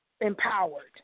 empowered